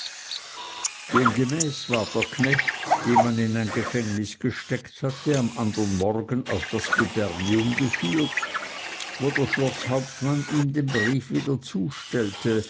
demgemäß ward der knecht den man in ein gefängnis gesteckt hatte am andern morgen auf das gubernium geführt wo der schloßhauptmann ihm den brief wieder zustellte